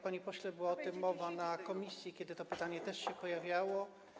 Panie pośle, była o tym mowa w komisji, to pytanie też się pojawiało.